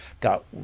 got